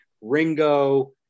Ringo